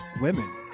women